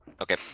Okay